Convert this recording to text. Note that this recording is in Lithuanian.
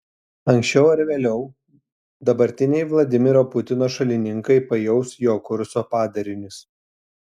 anksčiau ar vėliau dabartiniai vladimiro putino šalininkai pajaus jo kurso padarinius